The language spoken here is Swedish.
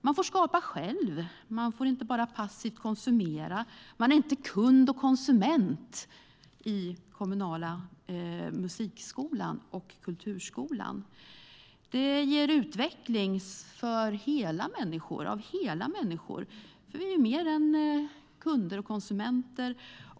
Man får skapa själv, inte bara passivt konsumera. I den kommunala kultur och musikskolan är man inte kund och konsument. Den utvecklar hela människan, för människan är mer än bara kund och konsument.